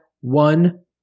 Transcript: one